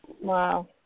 Wow